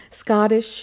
Scottish